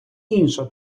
інша